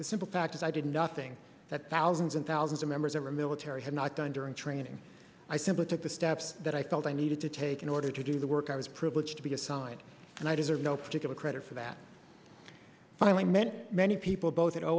the simple fact is i did nothing that thousands and thousands of members of our military had not done during training i simply took the steps that i felt i needed to take in order to do the work i was privileged to be assigned and i deserve no particular credit for that i meant many people bot